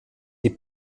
die